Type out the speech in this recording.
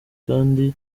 kandi